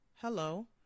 Hello